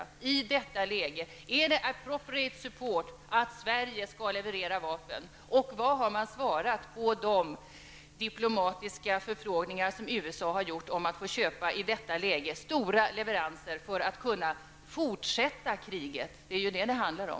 Är det i detta läge ''an appropriate support'' att Sverige skall leverera vapen? Vad har man svarat på de diplomatiska förfrågningar som USA har gjort om att få köpa stora leveranser för att kunna fortsätta kriget? Det är ju detta det handlar om.